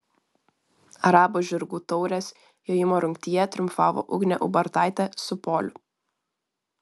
arabų žirgų taurės jojimo rungtyje triumfavo ugnė ubartaitė su poliu